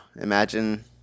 Imagine